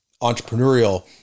entrepreneurial